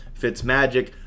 Fitzmagic